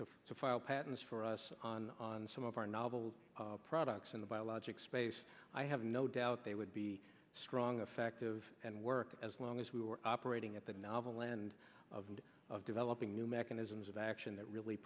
and to file patents for us on on some of our novel products in the biologic space i have no doubt they would be strong affective and work as long as we were operating at the novel land of and of developing new mechanisms of action that really